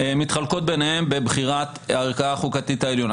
מתחלקות ביניהן בבחירת הערכאה החוקתית העליונה.